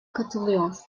katılıyor